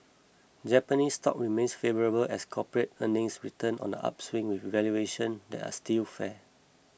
Japanese stocks remain favourable as corporate earnings return on the upswing with valuations that are still fair